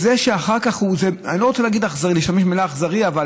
אני לא רוצה להשתמש במילה "אכזרי", אבל